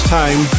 time